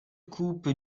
coupe